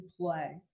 play